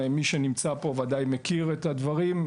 מי שנמצא פה ודאי מכיר את הדברים,